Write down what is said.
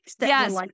Yes